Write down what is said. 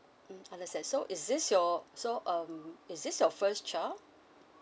mm understand so is this your so um is this your first child